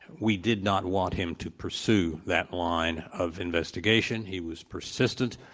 we did not want him to pursue that line of investigation. he was persistent.